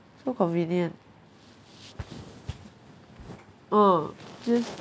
so convenient orh just